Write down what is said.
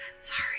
sorry